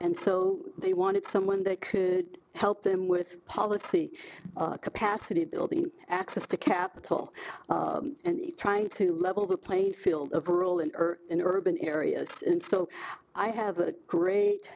and so they wanted someone that could help them with policy capacity building access to capital and trying to level the playing field of rural and urban in urban areas and so i have a great